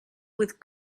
with